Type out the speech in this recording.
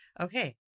okay